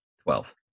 Twelve